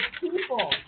people